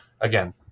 again